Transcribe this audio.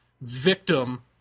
victim